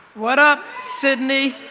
what up sydney!